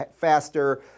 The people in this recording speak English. faster